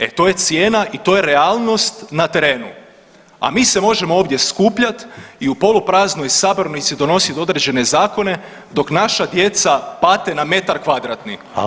E to je cijena i to je realnost na terenu, a mi se možemo ovdje skupljat i u polupraznoj sabornici donosit određene zakone dok naša djeca pate na metar kvadratni.